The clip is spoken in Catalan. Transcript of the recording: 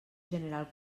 general